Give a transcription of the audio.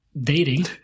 dating